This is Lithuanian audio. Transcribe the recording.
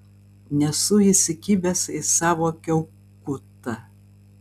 nesu įsikibęs į savo kiaukutą